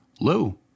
Lou